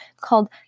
called